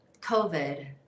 COVID